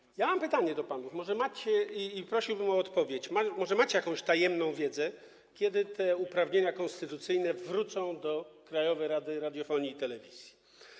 Mam pytanie do panów, prosiłbym o odpowiedź: Może macie jakąś tajemną wiedzę, kiedy te uprawnienia konstytucyjne wrócą do Krajowej Rady Radiofonii i Telewizji?